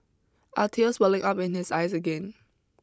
are tears welling up in his eyes again